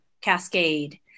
cascade